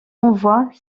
envois